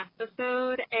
episode